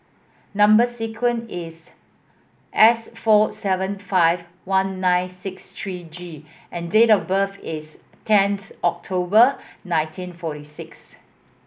number sequence is S four seven five one nine six three G and date of birth is tenth October nineteen forty six